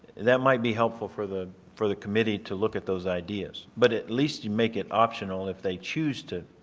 that might be helpful for the for the committee to look at those ideas. but at least you make it optional if they choose to